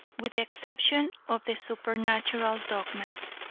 with the exception of the supernatural dogmas.